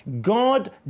God